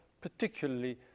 particularly